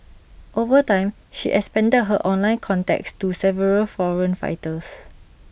over time she expanded her online contacts to several foreign fighters